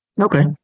Okay